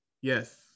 Yes